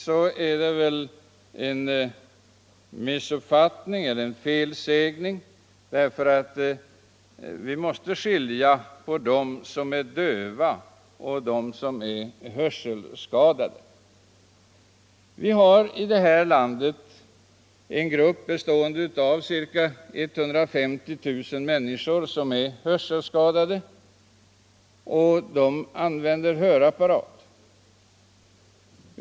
Det är väl en missuppfattning eller en felsägning. Vi måste skilja på dem som är döva och dem som är hörselskadade. Vi har här i landet en grupp bestående av ca 150 000 människor som är hörselskadade och använder hörapparat.